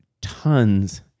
tons